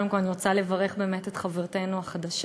קודם כול אני רוצה לברך באמת את חברתנו החדשה,